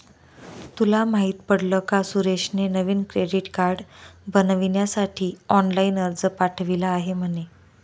तुला माहित पडल का सुरेशने नवीन क्रेडीट कार्ड बनविण्यासाठी ऑनलाइन अर्ज पाठविला आहे म्हणे